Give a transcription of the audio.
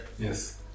Yes